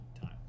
time